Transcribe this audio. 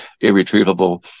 irretrievable